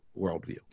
worldview